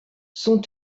son